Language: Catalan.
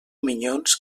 minyons